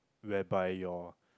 whereby your